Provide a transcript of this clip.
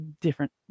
different